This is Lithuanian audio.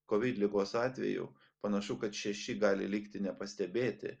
kovid ligos atvejų panašu kad šeši gali likti nepastebėti